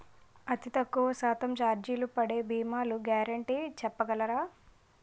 అతి తక్కువ శాతం ఛార్జీలు పడే భీమాలు గ్యారంటీ చెప్పగలరా?